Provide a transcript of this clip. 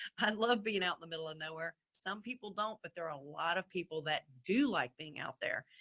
i love being out in the middle of nowhere. some people don't, but there are a lot of people that do like being out there.